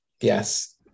Yes